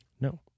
No